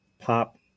pop